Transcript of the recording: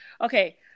okay